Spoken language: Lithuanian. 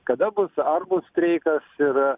kada bus ar bus streikas ir